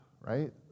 right